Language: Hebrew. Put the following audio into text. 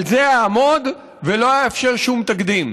על זה אעמוד ולא אאפשר שום תקדים.